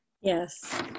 Yes